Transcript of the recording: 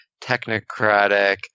technocratic